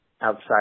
outside